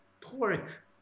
torque